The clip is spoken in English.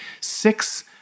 six